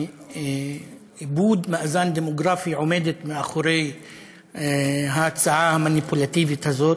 מאיבוד מאזן דמוגרפי עומדים מאחורי ההצעה המניפולטיבית הזאת.